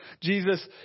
Jesus